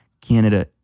Canada